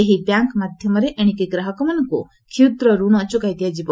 ଏହି ବ୍ୟାଙ୍କ୍ ମାଧ୍ୟମରେ ଏଣିକି ଗ୍ରାହକମାନଙ୍କୁ କ୍ଷୁଦ୍ର ଋଣ ଯୋଗାଇ ଦିଆଯିବ